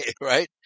right